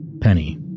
Penny